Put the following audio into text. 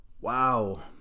Wow